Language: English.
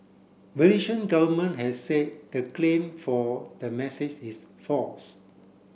Malaysian government has said the claim for the message is false